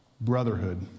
brotherhood